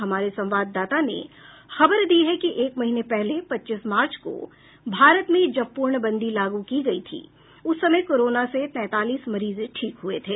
हमारे संवाददाता ने खबर दी है कि एक महीने पहले पच्चीस मार्च को भारत में जब पूर्णबंदी लागू की गयी थी उस समय कोरोना से तैंतालीस मरीज ठीक हुए थे